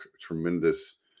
tremendous